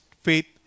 faith